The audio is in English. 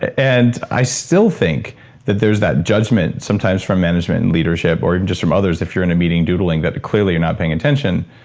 and i still think that there's that judgment, sometimes from management and leadership, or even just from others, if you're in a meeting doodling, that clearly you're not paying attention.